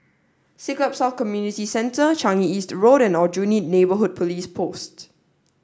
Siglap South Community Centre Changi East Road and Aljunied Neighbourhood Police Post